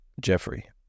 Jeffrey